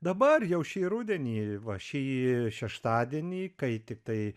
dabar jau šį rudenį va šį šeštadienį kai tiktai